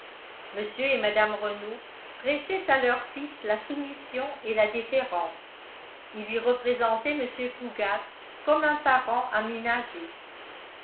mr et mme renault prêchaient à leur fils la soumission et la déférence ils lui représentaient mr fougas comme un parent